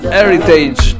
Heritage